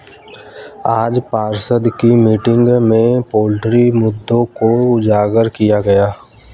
आज पार्षद की मीटिंग में पोल्ट्री मुद्दों को उजागर किया गया